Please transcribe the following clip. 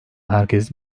herkes